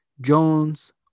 Jones